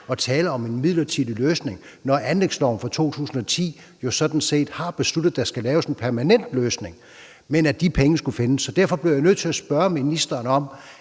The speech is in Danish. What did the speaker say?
at tale om en midlertidig løsning, når man med anlægsloven fra 2010 sådan set har besluttet, at der skal laves en permanent løsning. Men de penge skulle findes. Derfor bliver jeg nødt til spørge ministeren: